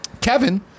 Kevin